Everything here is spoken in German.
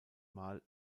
mal